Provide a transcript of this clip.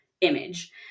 image